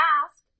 ask